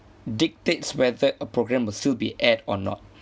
dictates whether a programme will still be aired or not